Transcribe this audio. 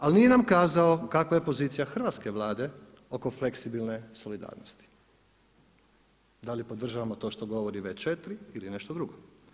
Ali nije nam kazao kakva je pozicija hrvatske Vlade oko fleksibilne solidarnosti, da li podržavamo to što govori V4 ili nešto drugo.